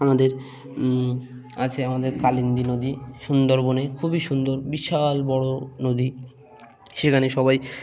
আমাদের আছে আমাদের কালিন্দী নদী সুন্দরবনে খুবই সুন্দর বিশাল বড় নদী সেখানে সবাই